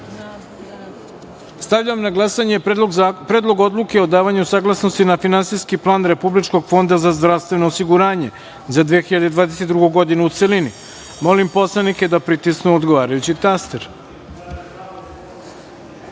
odluke. Stavljam na glasanje Predlog odluke o davanju saglasnosti na Finansijski plan Republičkog fonda za zdravstveno osiguranje za 2022. godinu, u celini. Molim narodne poslanike da pritisnu odgovarajući